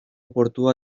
portua